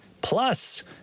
Plus